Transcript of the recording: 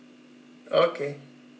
okay